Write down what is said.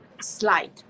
slide